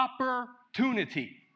opportunity